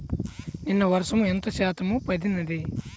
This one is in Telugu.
నిన్న వర్షము ఎంత శాతము పడినది?